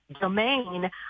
domain